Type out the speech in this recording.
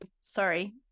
Sorry